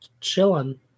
chilling